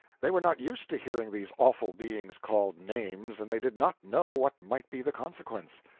they were not used to hearing these awful beings called names, and they did not know what might be the consequence.